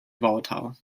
volatile